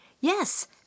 Yes